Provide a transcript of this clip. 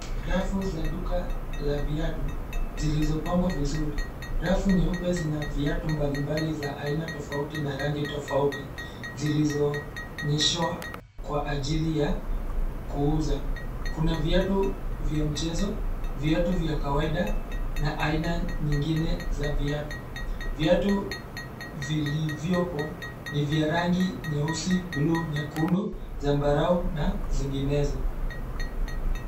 Rafu za duka la viatu zilizopangwa vizuri. Rafu nyeupe zina viatu mbalimbali za aina tofauti na rangi tofauti zilizoonyeshwa kwa ajili ya kuuza. Kuna viatu vya mchezo, viatu vya kawaida na aina nyingine za viatu. Viatu vilivyopo ni vya rangi nyeusi, bluu, nyekundu, zambarau na zinginezo.